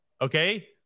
okay